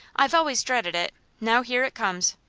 i've always dreaded it, now here it comes.